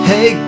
Hey